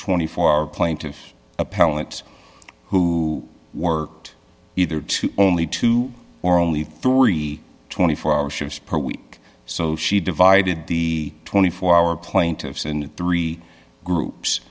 twenty four hour plaintiffs a parent who worked either to only two or only three hundred and twenty four hour shifts per week so she divided the twenty four hour plaintiffs in three groups